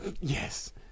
Yes